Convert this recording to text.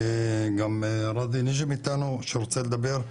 גם יושב איתנו שרוצה לדבר,